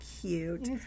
cute